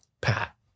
Pat